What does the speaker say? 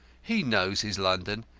he knows his london,